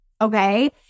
okay